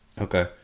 Okay